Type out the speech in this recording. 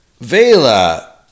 Vela